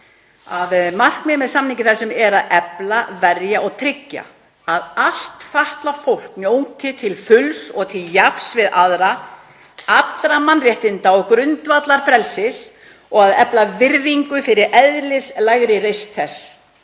„Markmiðið með samningi þessum er að efla, verja og tryggja að allt fatlað fólk njóti til fulls og til jafns við aðra allra mannréttinda og grundvallarfrelsis og að efla virðingu fyrir eðlislægri reisn þess.“